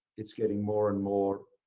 it's getting more and more